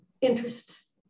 interests